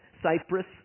Cyprus